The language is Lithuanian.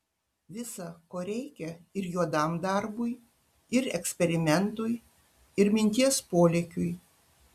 visa ko reikia ir juodam darbui ir eksperimentui ir minties polėkiui